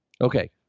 Okay